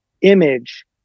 image